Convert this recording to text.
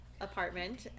apartment